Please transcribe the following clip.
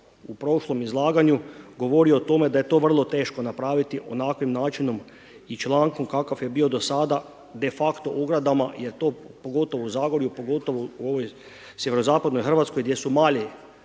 u prošlom izlaganju govorio o tome da je to vrlo teško napraviti onakvim načinom i člankom kakav je bio do sada, de facto ogradama, jer to pogotovo u Zagorju, pogotovo u ovoj sjeverozapadnoj Hrvatskoj gdje su mali